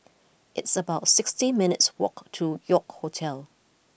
it's about sixty minutes' walk to York Hotel